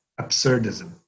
absurdism